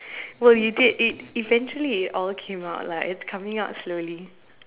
well you did it eventually it all came out lah it's coming out slowly